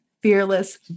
fearless